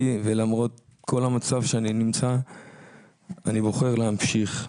ולמרות כל המצב שאני נמצא אני בוחר להמשיך.